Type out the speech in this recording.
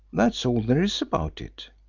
that's all there is about it.